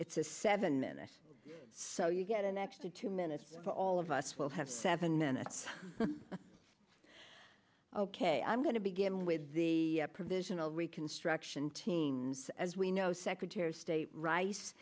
it's a seven minute so you get an extra two minutes for all of us will have seven minutes ok i'm going to begin with the provisional reconstruction teams as we know secretary of state rice